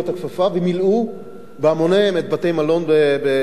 ומילאו בהמוניהם את בתי-המלון בים-המלח.